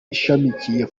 ishamikiye